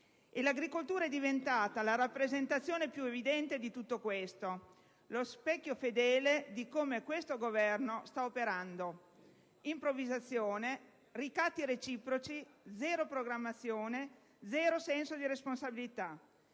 L'agricoltura è diventata la rappresentazione più evidente di tutto questo: lo specchio fedele di come questo Governo sta operando. Improvvisazione, ricatti reciproci, zero programmazione, zero senso di responsabilità: